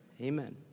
amen